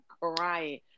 crying